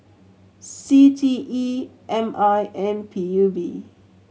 C T E M I and P U B